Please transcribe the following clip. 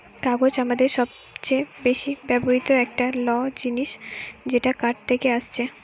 কাগজ আমাদের সবচে বেশি ব্যবহৃত একটা ল জিনিস যেটা কাঠ থেকে আসছে